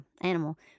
animal